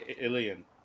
Alien